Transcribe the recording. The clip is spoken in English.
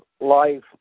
life